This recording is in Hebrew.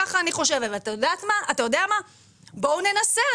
אבל בואו ננסה.